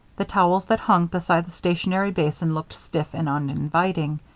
the towels that hung beside the stationary basin looked stiff and uninviting.